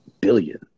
billion